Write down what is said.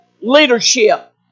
leadership